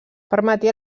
permetia